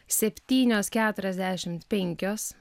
septynios keturiasdešimt penkios